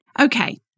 Okay